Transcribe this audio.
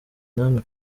namwe